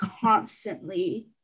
constantly